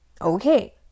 Okay